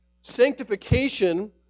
Sanctification